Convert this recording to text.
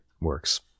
works